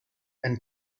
and